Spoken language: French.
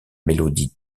mélodie